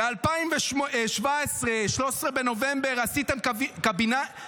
ב-13 בנובמבר 2017 עשיתם קבינט.